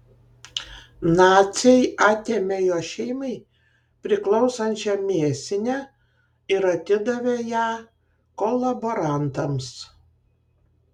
naciai atėmė jo šeimai priklausančią mėsinę ir atidavė ją kolaborantams